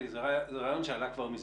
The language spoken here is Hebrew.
זה רעיון שעלה כבר מזמן.